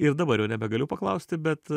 ir dabar jau nebegaliu paklausti bet